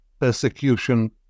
persecution